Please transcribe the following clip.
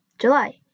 July